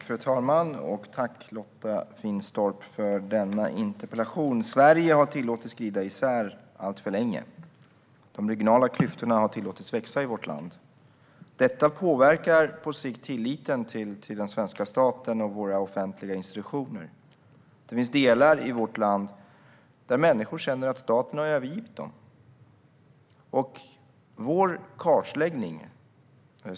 Fru talman! Tack, Lotta Finstorp, för denna interpellation! Sverige har tillåtits att glida isär alltför länge. De regionala klyftorna har tillåtits växa i vårt land. Detta påverkar på sikt tilliten till den svenska staten och våra offentliga institutioner. Det finns delar i vårt land där människor känner att staten har övergivit dem.